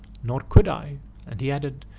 nor could i and he added,